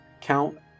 Count